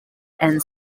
and